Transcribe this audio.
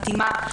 מתאימה,